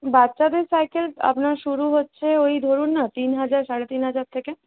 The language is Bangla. বাচ্চাদের সাইকেল আপনার শুরু হচ্ছে ওই ধরুন না তিন হাজার সাড়ে তিন হাজার থেকে